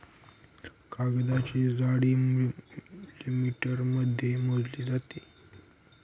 कागदाची जाडी मिलिमीटरमध्ये मोजली जाते